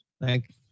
Thank